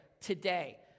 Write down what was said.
today